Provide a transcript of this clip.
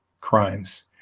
crimes